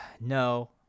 No